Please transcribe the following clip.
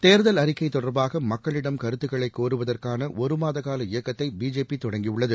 தேர்தல் அறிக்கை தொடர்பாக மக்களிடம் கருத்துக்களை கோருவதற்கான ஒரு மாத கால இயக்கத்தை பிஜேபி தொடங்கியுள்ளது